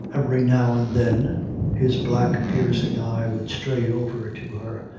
every now and then his black, piercing eye would stray over to her,